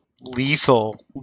lethal